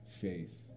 faith